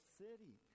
city